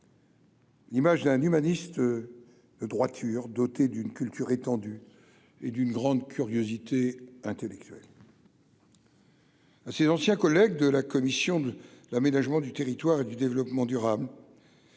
L'image d'un humaniste de droiture, doté d'une culture étendue et d'une grande curiosité intellectuelle. à ses anciens collègues de la commission de l'aménagement du territoire et du développement durable,